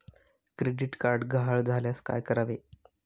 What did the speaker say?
Credit card गहाळ झाल्यास काय करावे?